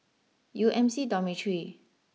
U M C Dormitory